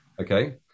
Okay